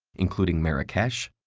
including marrakesh,